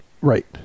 Right